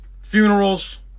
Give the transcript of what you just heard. funerals